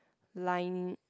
line